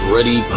Ready